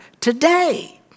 today